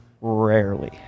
Rarely